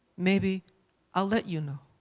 maybe i'll let you know.